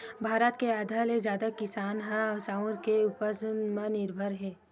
भारत के आधा ले जादा किसान ह चाँउर के उपज म निरभर हे